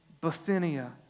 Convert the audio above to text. Bithynia